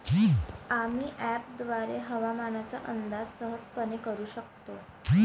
आम्ही अँपपद्वारे हवामानाचा अंदाज सहजपणे करू शकतो